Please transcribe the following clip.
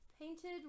Painted